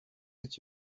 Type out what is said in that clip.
did